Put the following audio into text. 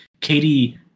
Katie